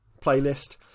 playlist